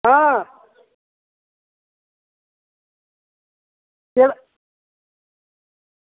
हां